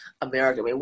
America